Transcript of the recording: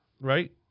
right